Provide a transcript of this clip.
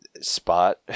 spot